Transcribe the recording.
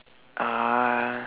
ah